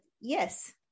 yes